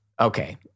Okay